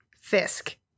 Fisk